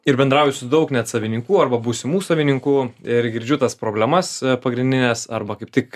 ir bendrauju su daug net savininkų arba būsimų savininkų ir girdžiu tas problemas pagrindines arba kaip tik